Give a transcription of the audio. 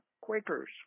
Quakers